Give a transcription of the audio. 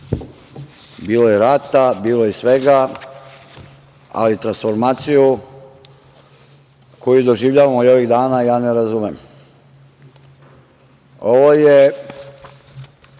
Bilo je rata, bilo je svega, ali transformaciju koju doživljavamo i ovih dana ja ne razumem. Ovo je